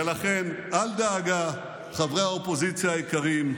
ולכן אל דאגה, חברי האופוזיציה היקרים,